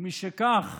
ומשכך,